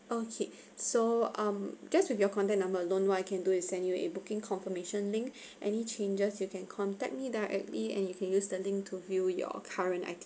okay so um just with your contact number alone what I can do is send you a booking confirmation link any changes you can contact me directly and you can use the link to view your current